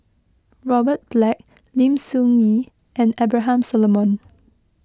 Robert Black Lim Soo Ngee and Abraham Solomon